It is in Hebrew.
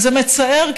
זה מצער,